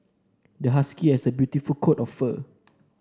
the husky has a beautiful coat of fur